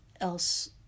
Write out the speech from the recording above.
else